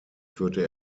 führte